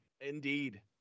indeed